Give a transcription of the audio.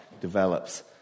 develops